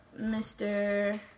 Mr